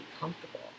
comfortable